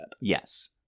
Yes